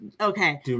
Okay